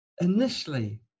initially